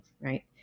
right